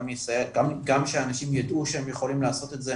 וגם שאנשים ידעו שהם יכולים לעשות את זה,